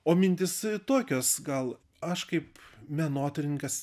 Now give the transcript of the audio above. o mintys tokios gal aš kaip menotyrininkas